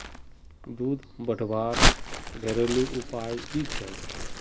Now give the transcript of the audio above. दूध बढ़वार घरेलू उपाय की छे?